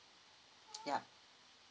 ya